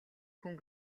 хүн